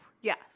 Yes